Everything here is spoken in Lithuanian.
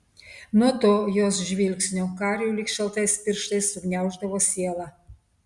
nuo to jos žvilgsnio kariui lyg šaltais pirštais sugniauždavo sielą